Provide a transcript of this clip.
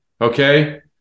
Okay